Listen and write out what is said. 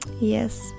Yes